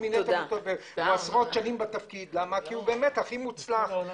נמצא עשרות שנים בתפקידו כי הוא הכי מוצלח.